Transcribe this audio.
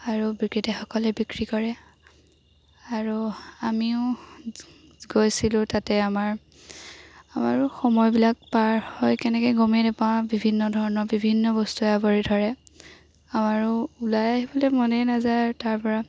আৰু বিক্ৰেতাসকলে বিক্ৰী কৰে আৰু আমিও গৈছিলোঁ তাতে আমাৰ আমাৰো সময়বিলাক পাৰ হয় কেনেকৈ গমেই নাপাওঁ বিভিন্ন ধৰণৰ বিভিন্ন বস্তুৱে আৱৰি ধৰে আমাৰো ওলাই আহিবলৈ মনেই নাযায় তাৰপৰা